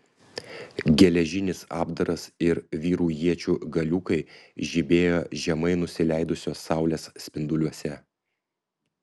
geležinis apdaras ir vyrų iečių galiukai žibėjo žemai nusileidusios saulės spinduliuose